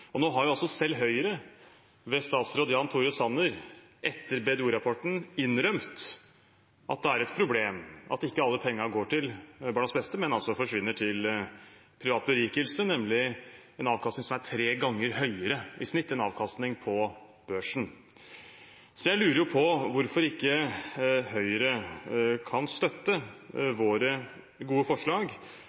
velferdsprofitører. Nå har selv Høyre, ved statsråd Jan Tore Sanner, etter BDO-rapporten innrømt at det er et problem at ikke alle pengene går til barnas beste, men forsvinner til privat berikelse – nemlig en avkastning som i snitt er tre ganger høyere enn avkastning på børsen. Så jeg lurer på hvorfor ikke Høyre kan støtte våre gode forslag